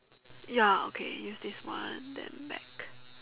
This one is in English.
ya okay use this one then back